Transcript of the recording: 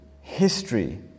history